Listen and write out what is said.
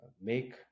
make